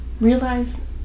Realize